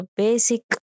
basic